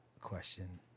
question